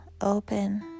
open